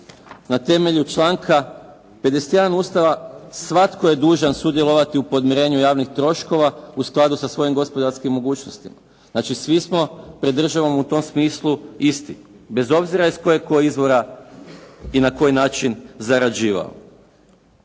na temelju članka 51. Ustava svatko je dužan sudjelovati u podmirenju javnih troškova u skladu sa svojim gospodarskim mogućnostima. Znači, svi smo pred državom u tom smislu isti bez obzira iz kojeg tko izvora i na koji način zarađivao.